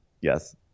yes